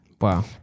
Wow